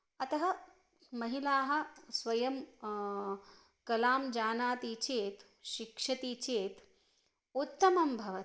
अतः महिलाः स्वयं कलां जानाति चेत् शिक्षति चेत् उत्तमं भवति